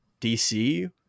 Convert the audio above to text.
DC